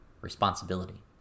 Responsibility